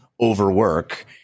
overwork